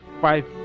five